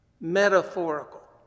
metaphorical